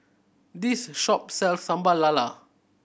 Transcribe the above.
this shop sells Sambal Lala